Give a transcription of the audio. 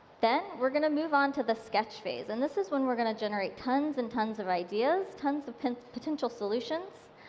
then, we're going to move on to the sketch phase. and this is when we're going to generate tons and tons of ideas, tons of potential solutions.